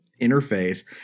interface